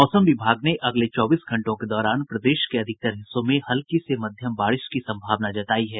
मौसम विभाग ने अगले चौबीस घंटों के दौरान प्रदेश के अधिकतर हिस्सों में हल्की से मध्यम बारिश की संभावना जतायी है